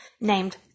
named